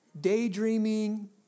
daydreaming